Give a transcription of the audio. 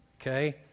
Okay